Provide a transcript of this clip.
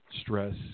stress